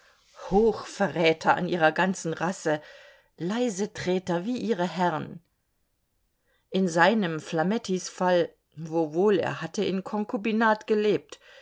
hochverräter an ihrer ganzen rasse leisetreter wie ihre herrn in seinem flamettis fall wowohl er hatte in konkubinat gelebt